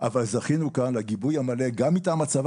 אבל זכינו כאן לגיבוי המלא גם מטעם הצבא